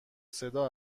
صدا